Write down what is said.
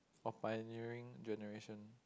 oh pioneering generation